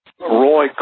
Roy